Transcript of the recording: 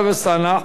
ואחריו,